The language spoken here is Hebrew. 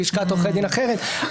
לשכת עורכי דין אחרת.